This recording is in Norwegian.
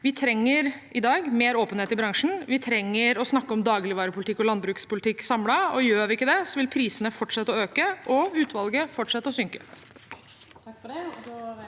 Vi trenger i dag mer åpenhet i bransjen, vi trenger å snakke om dagligvarepolitikk og landbrukspolitikk samlet, og gjør vi ikke det, vil prisene fortsette å øke og utvalget fortsette å synke.